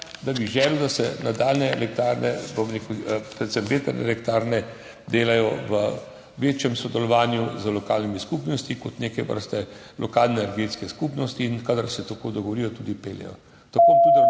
da bi želel, da se nadaljnje elektrarne, predvsem vetrne elektrarne delajo v večjem sodelovanju z lokalnimi skupnostmi kot neke vrste lokalne energetske skupnosti. Kadar se tako dogovorijo, se tudi peljejo. Tako bom tudi